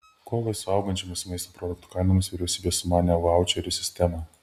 kovai su augančiomis maisto produktų kainomis vyriausybė sumanė vaučerių sistemą